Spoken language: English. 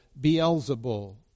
Beelzebul